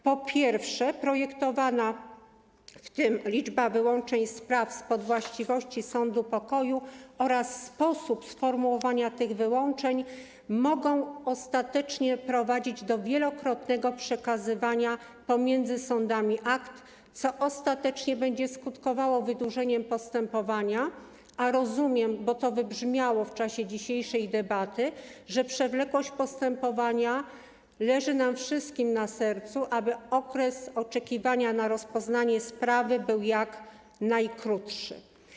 Po pierwsze, projektowana w tym liczba wyłączeń spraw spod właściwości sądu pokoju oraz sposób sformułowania tych wyłączeń mogą ostatecznie prowadzić do wielokrotnego przekazywania pomiędzy sądami akt, co ostatecznie będzie skutkowało wydłużeniem postępowania, a rozumiem, bo to wybrzmiało w czasie dzisiejszej debaty, że przewlekłość postępowania leży nam wszystkim na sercu i chcemy, aby okres oczekiwania na rozpoznanie sprawy był jak najkrótszy.